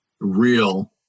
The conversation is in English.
real